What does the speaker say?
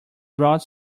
brought